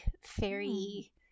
fairy